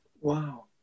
Wow